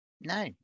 no